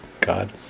God